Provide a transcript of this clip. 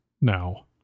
now